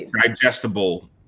digestible